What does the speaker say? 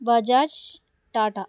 Bajaj Tata